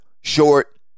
short